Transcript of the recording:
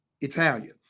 Italian